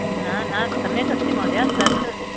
न न सम्यक् अस्ति महोदय तत्